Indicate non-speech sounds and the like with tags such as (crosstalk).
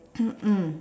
(coughs) mm